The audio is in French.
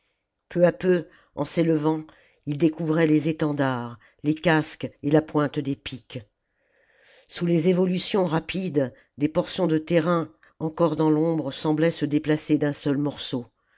peu à peu en s'élevant ils découvraient les étendards les casques et la pointe des piques sous les évolutions rapides des portions de terrain encore dans l'ombre semblaient se déplacer d'un seul morceau